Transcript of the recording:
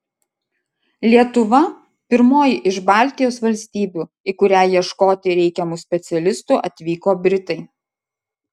lietuva pirmoji iš baltijos valstybių į kurią ieškoti reikiamų specialistų atvyko britai